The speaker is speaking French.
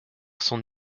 son